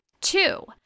two